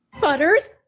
Butters